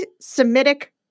Semitic